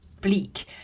bleak